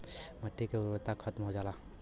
मट्टी के उर्वरता खतम हो जाला